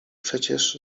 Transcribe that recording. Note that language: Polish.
przecież